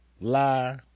lie